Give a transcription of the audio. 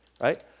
Right